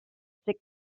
six